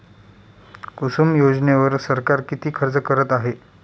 कुसुम योजनेवर सरकार किती खर्च करत आहे?